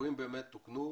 הליקויים באמת תוקנו.